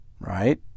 right